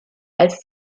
als